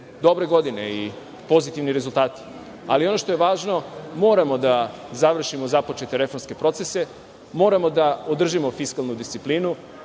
dobre godine i pozitivni rezultati, ali ono što je važno, moramo da završimo započete reformske procese. Moramo da održimo fiskalnu disciplinu,